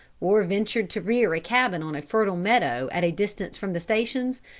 or ventured to rear a cabin on a fertile meadow at a distance from the stations,